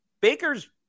Baker's